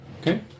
Okay